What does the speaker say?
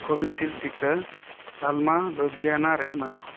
Covishield ᱴᱤᱠᱟᱹ ᱛᱟᱞᱢᱟ ᱞᱩᱫᱷᱤᱭᱟᱱᱟᱨᱮ ᱵᱟᱹᱱᱩᱜᱼᱟ